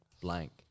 blank